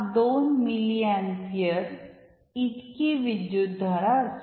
72 milliampere इतकी विद्युतधारा असेल